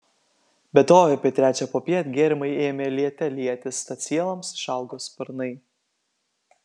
be to apie trečią popiet gėrimai ėmė liete lietis tad sieloms išaugo sparnai